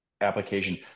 application